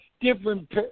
Different